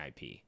ip